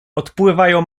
odpływają